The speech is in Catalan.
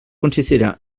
consistirà